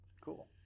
cool